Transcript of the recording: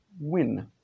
win